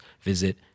visit